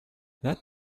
that